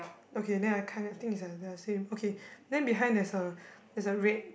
okay then I kind of think is like the same okay then behind there's a there's a red